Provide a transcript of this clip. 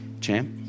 champ